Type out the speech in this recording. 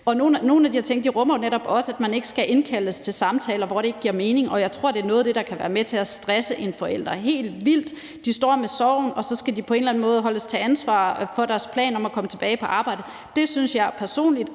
Nogle af de her ting rummer netop også, at man ikke skal indkaldes til samtaler, når det ikke giver mening, og jeg tror, at det er noget af det, der kan være med til at stresse en forælder helt vildt. De står jo med sorgen, og så skal de på en eller anden måde stå til ansvar for deres plan om at komme tilbage på arbejdet. Det synes jeg personligt